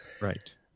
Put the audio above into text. right